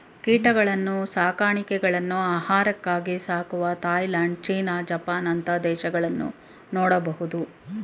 ಕೀಟಗಳನ್ನ್ನು ಸಾಕಾಣೆಗಳನ್ನು ಆಹಾರಕ್ಕಾಗಿ ಸಾಕುವ ಥಾಯಲ್ಯಾಂಡ್, ಚೀನಾ, ಜಪಾನ್ ಅಂತ ದೇಶಗಳನ್ನು ನೋಡಬಹುದು